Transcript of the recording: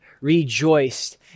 rejoiced